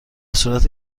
صورت